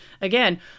Again